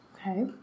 Okay